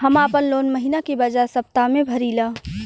हम आपन लोन महिना के बजाय सप्ताह में भरीला